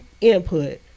input